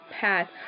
path